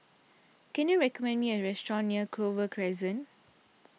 can you recommend me a restaurant near Clover Crescent